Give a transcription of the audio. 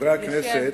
חברי הכנסת,